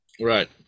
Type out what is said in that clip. Right